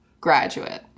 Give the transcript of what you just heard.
graduate